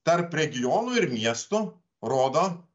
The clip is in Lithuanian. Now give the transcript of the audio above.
tarp regionų ir miestų rodo